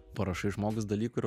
parašai žmogus dalykų ir